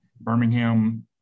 birmingham